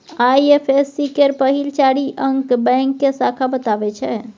IFSC केर पहिल चारि अंक बैंक के शाखा बताबै छै